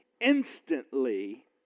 instantly